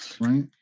Right